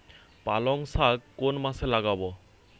পালংশাক কোন মাসে লাগাব?